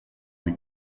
sie